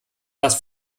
was